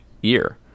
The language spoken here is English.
year